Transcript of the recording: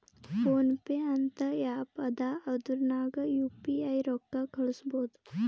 phone pay ಅಂತ app ಅದಾ ಅದುರ್ನಗ್ ಯು ಪಿ ಐ ರೊಕ್ಕಾ ಕಳುಸ್ಬೋದ್